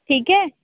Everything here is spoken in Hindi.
ठीक है